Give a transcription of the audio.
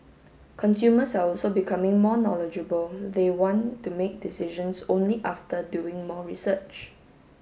consumers are also becoming more knowledgeable they want to make decisions only after doing more research